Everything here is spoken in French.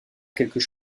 quelques